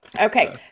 okay